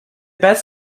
best